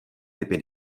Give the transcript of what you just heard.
typy